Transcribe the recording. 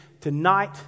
tonight